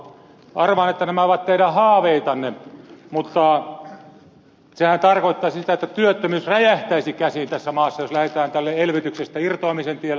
arvaan että nämä ovat teidän haaveitanne mutta sehän tarkoittaisi sitä että työttömyys räjähtäisi käsiin tässä maassa jos lähdetään tälle elvytyksestä irtoamisen tielle ja jos tämä tasa arvoajattelu hylätään